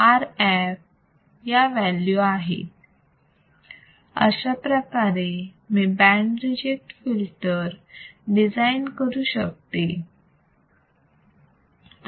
या व्हॅल्यू आहेत अशाप्रकारे मी बँड रिजेक्ट फिल्टर डिझाईन करू शकते